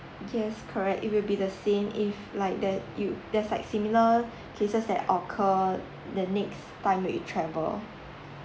yes correct it will be the same if like there you there's like similar cases that occur the next time that you travel